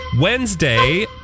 Wednesday